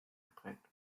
geprägt